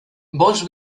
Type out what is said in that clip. vols